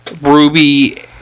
Ruby